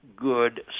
good